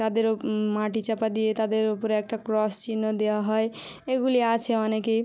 তাদেরও মাটি চাপা দিয়ে তাদের ওপরে একটা ক্রস চিহ্ন দেওয়া হয় এগুলি আছে অনেকই